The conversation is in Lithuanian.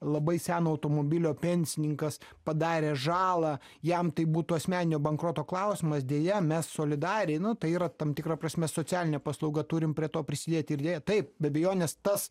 labai seno automobilio pensininkas padarė žalą jam tai būtų asmeninio bankroto klausimas deja mes solidariai nu tai yra tam tikra prasme socialinė paslauga turim prie to prisidėti ir deja taip be abejonės tas